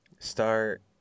start